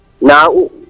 Now